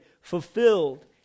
fulfilled